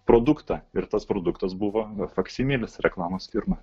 produktą ir tas produktas buvo faksimilis reklamos firma